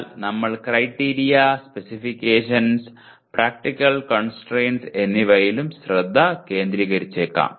എന്നാൽ നമ്മൾ criteria specifications practical constraints എന്നിവയിലും ശ്രദ്ധ കേന്ദ്രീകരിച്ചേക്കാം